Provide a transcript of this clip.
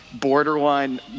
borderline